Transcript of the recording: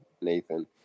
nathan